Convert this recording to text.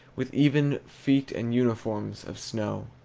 with even feet and uniforms of snow.